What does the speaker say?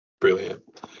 Brilliant